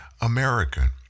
American